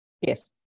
Yes